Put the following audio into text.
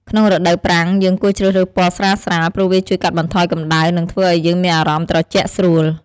ក្នុងរដូវប្រាំង យើងគួរជ្រើសរើសពណ៌ស្រាលៗ ព្រោះវាជួយកាត់បន្ថយកម្ដៅ និងធ្វើឱ្យយើងមានអារម្មណ៍ត្រជាក់ស្រួល។